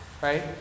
right